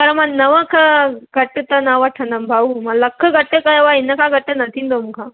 पर मां नव खां घटि त न वठंदमि भाऊ मां लखु घटि कयो आहे इनखां घटि न थींदो मूंखां